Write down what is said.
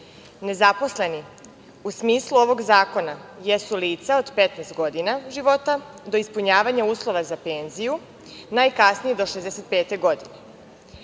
Nezaposleni, u smislu ovog zakona, jesu lica od 15 godina života do ispunjavanja uslova za penziju najkasnije do 65 godine.